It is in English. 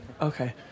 Okay